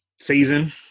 season